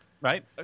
Right